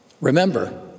Remember